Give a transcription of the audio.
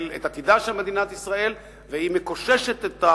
עתידה של מדינת ישראל והיא מקוששת אותו,